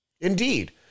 Indeed